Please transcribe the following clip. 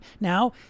Now